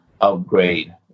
upgrade